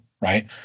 right